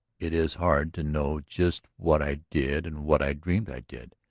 it is hard to know just what i did and what i dreamed i did.